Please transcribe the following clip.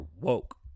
woke